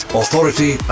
authority